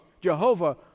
Jehovah